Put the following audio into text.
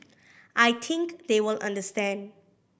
I think they will understand